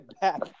back